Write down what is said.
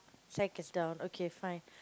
sack is down okay fine